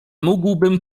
mógłbym